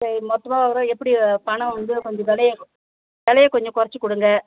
சரி மொத்தமானால் எப்படி பணம் வந்து கொஞ்சம் விலைய விலைய கொஞ்சம் குறச்சுக் கொடுங்க